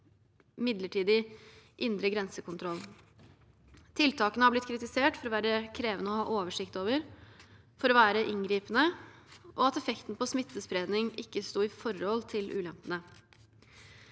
midlertidig indre grensekontroll. Tiltakene har blitt kritisert for å være krevende å ha oversikt over, for å være inngripende og for at effekten på smittespredning ikke sto i forhold til ulempene.